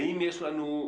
האם יש לכם